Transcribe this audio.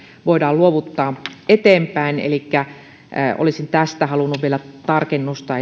voidaan luovuttaa eteenpäin elikkä olisin tästä halunnut vielä tarkennusta